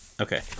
okay